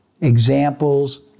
examples